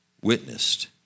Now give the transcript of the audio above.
witnessed